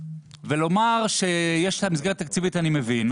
לומר שיש מסגרת תקציבית אני מבין,